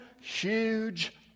huge